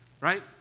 right